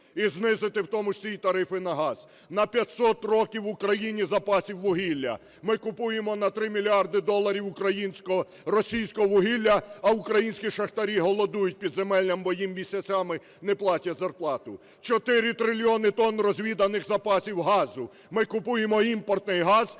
і знизити у тому числі і тарифи на газ. На 500 років в Україні запасів вугілля. Ми купуємо на 3 мільярди доларів українсько-російського вугілля, а українські шахтарі голодують підземеллям, бо їм місяцями не платять зарплату. 4 трильйони тонн розвіданих запасів газу. Ми купуємо імпортний газ,